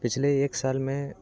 पिछले एक साल में